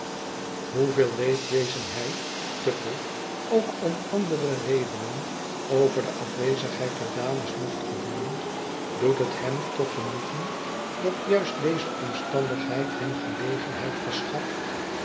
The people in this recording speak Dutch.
hoeveel leedwezen hij tupple ook om andere redenen over de afwezigheid der dames mocht gevoelen doet het hem toch genoegen dat juist deze omstandigheid hem gelegenheid verschaft